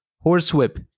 Horsewhip